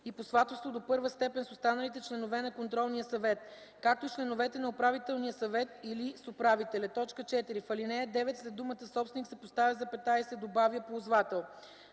и по сватовство до първа степен с останалите членове на контролния съвет, както и с членовете на управителния съвет или с управителя.” 4. В ал. 9 след думата „собственик” се поставя запетая и се добавя „ползвател”.